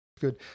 Good